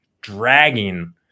dragging